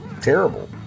terrible